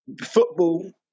football